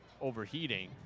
overheating